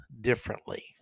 differently